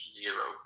zero